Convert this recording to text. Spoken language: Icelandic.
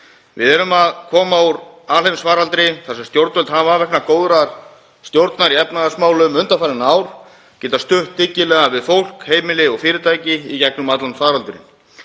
Við erum að koma út úr alheimsfaraldri þar sem stjórnvöld hafa, vegna góðrar stjórnar í efnahagsmálum undanfarin ár, getað stutt dyggilega við fólk, heimili og fyrirtæki í gegnum allan faraldurinn.